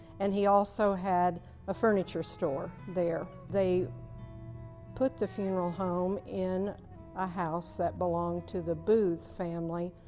and he also had a furniture store there. they put the funeral home in a house that belonged to the booth family,